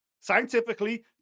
scientifically